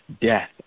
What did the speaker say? death